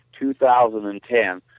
2010